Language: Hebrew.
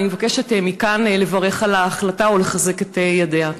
ואני מבקשת מכאן לברך על ההחלטה ולחזק את ידיה.